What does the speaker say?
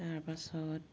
তাৰপাছত